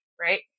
right